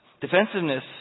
defensiveness